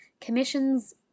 Commissions